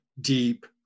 deep